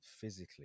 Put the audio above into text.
physically